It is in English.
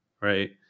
right